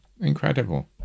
incredible